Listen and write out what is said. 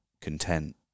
content